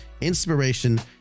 inspiration